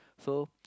so